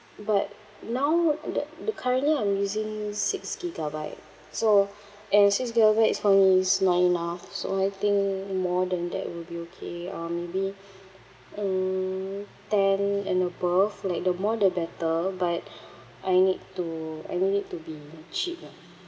but now the the currently I'm using six gigabyte so and six gigabyte is for me is not enough so I think more than that will be okay uh maybe mm ten and above like the more the better but I need to I need it to be cheap ah